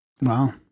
wow